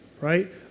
Right